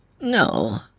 No